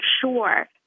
sure